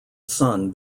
son